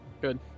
Good